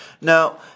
Now